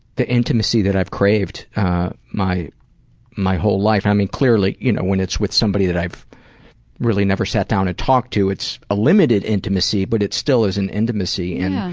the intimacy that i've craved my my whole life. i mean, clearly, you know when it's with somebody that i've really never sat down and talked to it's a limited intimacy but it still is an intimacy and,